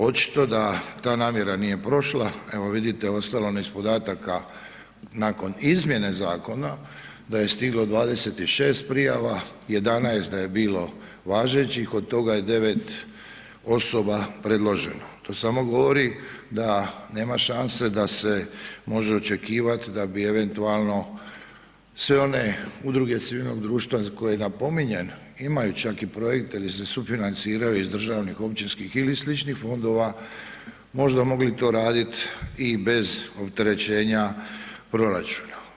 Očito da ta namjera nije prošla, evo vidite u ostalom iz podataka nakon izmjene zakona da je stiglo 26 prijava, 11 da je bilo važećih od toga je 9 osoba predloženo, to samo govori da nema šanse da se može očekivat da bi eventualno sve one udruge civilnog društva koje napominjem imaju čak i projekte ili se sufinanciraju iz državnih, općinskih ili sličnih fondova možda mogli to raditi i bez opterećenja proračuna.